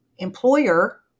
employer